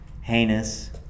heinous